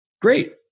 great